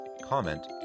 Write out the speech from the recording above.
comment